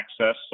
access